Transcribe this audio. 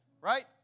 right